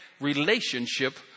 relationship